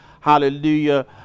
hallelujah